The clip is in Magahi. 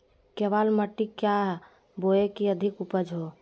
केबाल मिट्टी क्या बोए की अधिक उपज हो?